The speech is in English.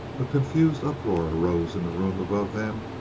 a confused uproar arose in the room above them,